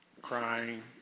crying